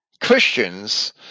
Christians